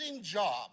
job